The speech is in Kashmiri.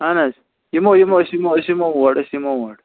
اہن حظ یِمو یِمو أسۍ یِمو أسۍ یِمو اور أسۍ یِمو اور